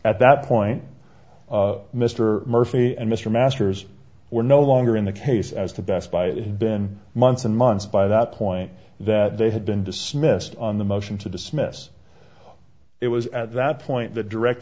at that point mr murphy and mr masters were no longer in the case as to best buy it had been months and months by that point that they had been dismissed on the motion to dismiss it was at that point the direct